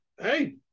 hey